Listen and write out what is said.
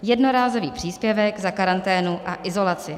Jednorázový příspěvek za karanténu a izolaci.